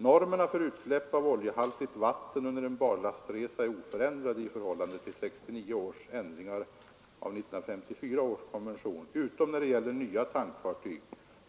Normerna för usläpp av oljehaltigt vatten under en barlastresa är oförändrade i förhållande till 1969 års ändringar av 1954 års konvention utom när det gäller nya tankfartyg